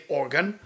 organ